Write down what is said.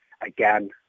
again